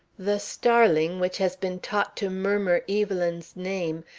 the starling, which has been taught to murmur evelyn's name,